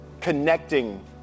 connecting